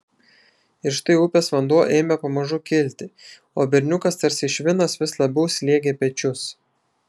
ir štai upės vanduo ėmė pamažu kilti o berniukas tarsi švinas vis labiau slėgė pečius